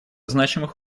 значимых